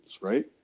Right